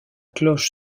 cloche